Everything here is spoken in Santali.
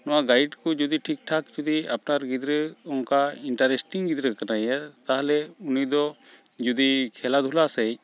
ᱱᱚᱣᱟ ᱜᱟᱭᱤᱰᱠᱚ ᱡᱩᱫᱤ ᱴᱷᱤᱠᱴᱷᱟᱠ ᱡᱩᱫᱤ ᱟᱯᱱᱟᱨ ᱜᱤᱫᱽᱨᱟᱹ ᱚᱱᱠᱟ ᱤᱱᱴᱟᱨᱮᱥᱴᱤᱝ ᱜᱤᱫᱽᱨᱟᱹ ᱠᱟᱱᱟᱭᱮ ᱛᱟᱦᱚᱞᱮ ᱩᱱᱤᱫᱚ ᱡᱩᱫᱤ ᱠᱷᱮᱞᱟᱼᱫᱷᱩᱞᱟ ᱥᱮᱫ